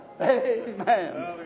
Amen